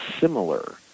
similar